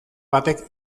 batek